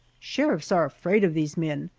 sheriffs are afraid of these men,